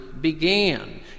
began